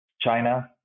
china